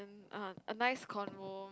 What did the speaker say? um a nice convo